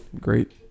great